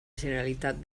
generalitat